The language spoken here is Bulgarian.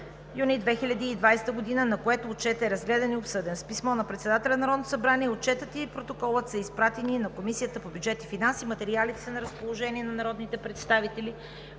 юни 2020 г., на което Отчетът е разгледан и обсъден. С писмо на председателя на Народното събрание Отчетът и Протоколът са изпратени на Комисията по бюджет и финанси. Материалите са на разположение на народните представители